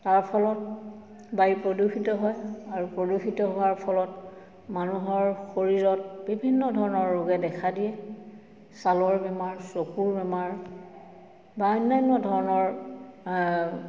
তাৰ ফলত বায়ু প্ৰদূষিত হয় আৰু প্ৰদূষিত হোৱাৰ ফলত মানুহৰ শৰীৰত বিভিন্ন ধৰণৰ ৰোগে দেখা দিয়ে ছালৰ বেমাৰ চকুৰ বেমাৰ বা অন্যান্য ধৰণৰ